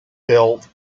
built